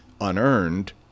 unearned